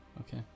Okay